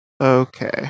Okay